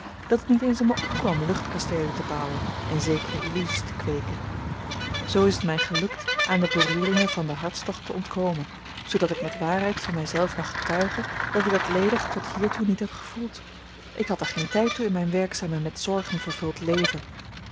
dat het niet eens in mij opkwam luchtkasteelen te bouwen en zekere illusies te kweeken zoo is het mij gelukt aan de beroeringen van den hartstocht te ontkomen zoodat ik met waarheid van mij zelven mag getuigen dat ik dat ledig tot hiertoe niet heb gevoeld ik had er geen tijd toe in mijn werkzaam en met zorgen vervuld leven